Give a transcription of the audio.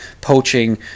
poaching